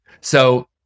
So-